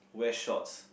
wear shorts